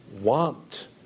want